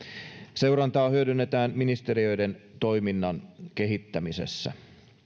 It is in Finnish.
seurantaa hyödynnetään ministeriöiden toiminnan kehittämisessä